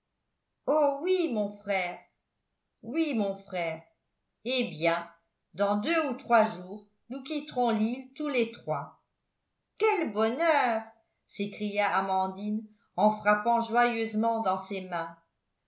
oh oui mon frère oui mon frère eh bien dans deux ou trois jours nous quitterons l'île tous les trois quel bonheur s'écria amandine en frappant joyeusement dans ses mains